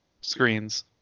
screens